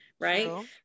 right